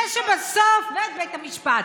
ואת בית המשפט.